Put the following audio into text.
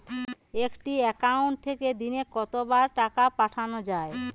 একটি একাউন্ট থেকে দিনে কতবার টাকা পাঠানো য়ায়?